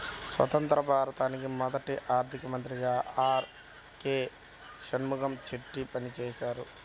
స్వతంత్య్ర భారతానికి మొదటి ఆర్థిక మంత్రిగా ఆర్.కె షణ్ముగం చెట్టి పనిచేసారు